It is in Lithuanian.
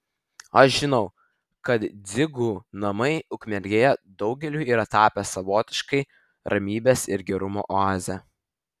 aš žinau kad dzigų namai ukmergėje daugeliui yra tapę savotiška ramybės ir gerumo oaze